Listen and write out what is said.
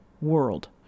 world